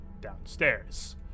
downstairs